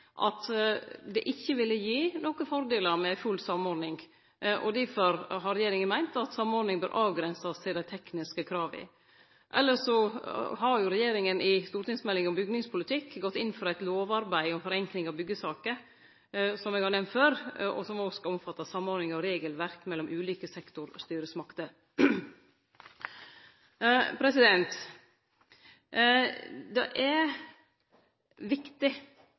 at det ikkje ville gi nokon fordelar med ei full samordning. Difor har regjeringa meint at samordning bør avgrensast til dei tekniske krava. Elles har regjeringa i stortingsmeldinga om bygningspolitikk gått inn for eit lovarbeid om forenkling av byggjesaker, som eg har nemnt før, som òg skal omfatte samordning av regelverk mellom ulike sektorstyresmakter. Det er viktig